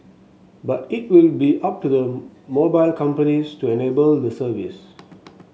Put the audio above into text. but it will be up to the mobile companies to enable the service